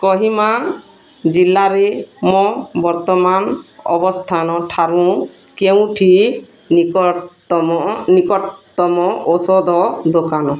କୋହିମା ଜିଲ୍ଲାରେ ମୋ ବର୍ତ୍ତମାନ ଅବସ୍ଥାନଠାରୁ କେଉଁଟି ନିକଟତମ ନିକଟତମ ଔଷଧ ଦୋକାନ